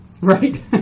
right